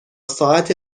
ساعت